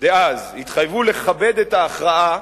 דאז התחייבו לכבד את ההכרעה,